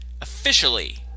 officially